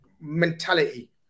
mentality